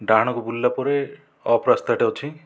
ଡାହାଣକୁ ବୁଲିଲା ପରେ ଅଫ୍ ରାସ୍ତାଟେ ଅଛି